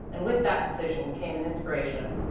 and with that decision came an inspiration.